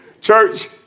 Church